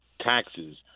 taxes